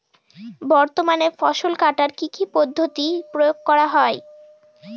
বর্তমানে ফসল কাটার কি কি পদ্ধতি প্রয়োগ করা হয়?